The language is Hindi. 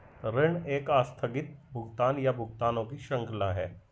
ऋण एक आस्थगित भुगतान, या भुगतानों की श्रृंखला है